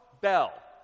Bell